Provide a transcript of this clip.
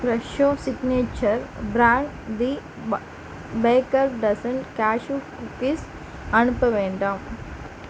Fresho signature brand the bakers dozen cashew cookies அனுப்ப வேண்டாம்